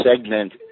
segment